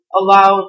allow